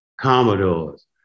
Commodores